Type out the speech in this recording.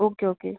okay okay